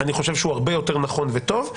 אני חושב שהוא הרבה יותר נכון וטוב.